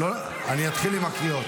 לא יכול להיות.